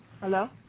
Hello